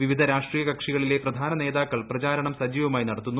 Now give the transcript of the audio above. വിവിധ രാഷ്ട്രീയ കക്ഷികളിലെ പ്രധാന നേതാക്കൾ പ്രചാരണം സജീവമായി നടത്തുന്നു